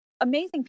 amazing